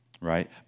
right